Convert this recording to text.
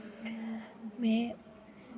में